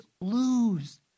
lose